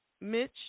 Mitch